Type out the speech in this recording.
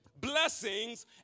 blessings